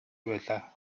байлаа